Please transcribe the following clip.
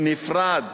נפרד.